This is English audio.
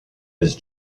his